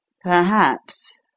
Perhaps